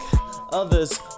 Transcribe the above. others